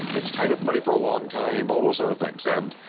it's tied up money for a long time, all those other things. and